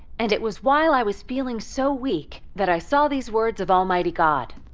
and it was while i was feeling so weak that i saw these words of almighty god,